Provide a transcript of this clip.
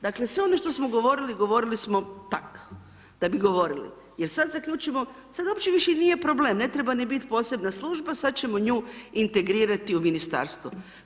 Dakle, sve ono što smo govorili, govorili smo tak, da bi govorili jer sad zaključimo, sad uopće više nije problem, ne treba ni biti posebna služba, sada ćemo nju integrirati u Ministarstvo.